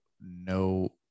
no